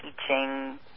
teaching